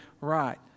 right